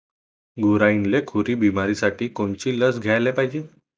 गुरांइले खुरी बिमारीसाठी कोनची लस द्याले पायजे?